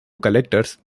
collectors